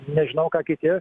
nežinau ką kiti